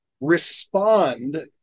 respond